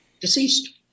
deceased